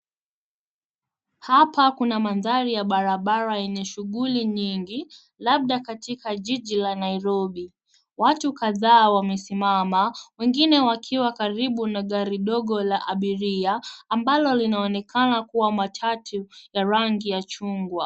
Hapa kuna mandhari ya barabara yenye shughuli nyingi labda katika jiji la Nairobi. Watu kadhaa wamesimama, wengine wakiwa karibu na gari dogo la abiria ambalo linaonekana kuwa Matatu ya rangi ya chungwa.